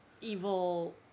evil